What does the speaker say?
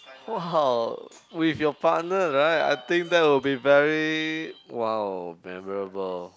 !wow! with your partner right I think that will be very !wow! memorable